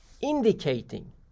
indicating